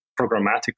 programmatically